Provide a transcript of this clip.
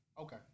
Okay